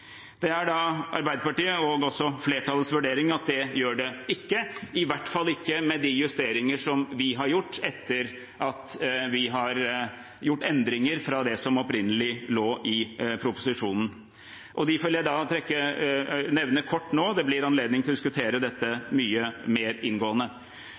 Det er Arbeiderpartiets, og flertallets, vurdering at det gjør det ikke, i hvert fall ikke med de justeringer vi har gjort etter at vi har foretatt endringer fra det som opprinnelig lå i proposisjonen. Dem vil jeg nevne kort nå, og det blir anledning til å diskutere det mye mer inngående.